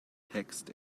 text